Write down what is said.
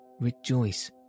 Rejoice